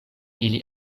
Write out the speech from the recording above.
ili